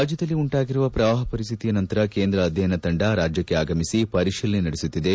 ರಾಜ್ಯದಲ್ಲಿ ಉಂಟಾಗಿರುವ ಪ್ರವಾಹ ಪರಿಸ್ಥಿತಿಯ ನಂತರ ಕೇಂದ್ರ ಅಧ್ಯಯನ ತಂಡ ರಾಜ್ಯಕ್ಷೆ ಆಗಮಿಸಿ ಪರಿಶೀಲನೆ ನಡೆಸುತ್ತಿದೆ